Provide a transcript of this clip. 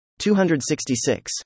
266